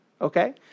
Okay